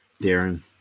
Darren